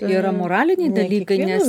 yra moraliniai dalykai nes